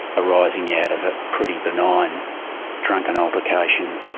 arising out of a pretty benign drunken altercation,